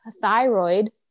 Thyroid